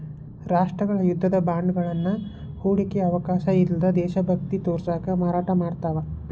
ರಾಷ್ಟ್ರಗಳ ಯುದ್ಧದ ಬಾಂಡ್ಗಳನ್ನ ಹೂಡಿಕೆಯ ಅವಕಾಶ ಅಲ್ಲ್ದ ದೇಶಭಕ್ತಿ ತೋರ್ಸಕ ಮಾರಾಟ ಮಾಡ್ತಾವ